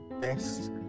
best